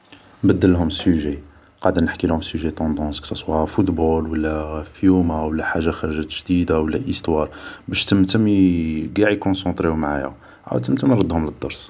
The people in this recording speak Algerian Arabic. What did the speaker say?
نبدلهم سوجي, قادر نحكيلهم في سوجي طوندونس كو ساسوا فوطبول و لا فيوما و لا حاجة خرجة جديدة و لا ايستوار باش تمتم قاع يكونسونتريو معايا عاود تمتم نردهم للدرس